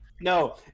No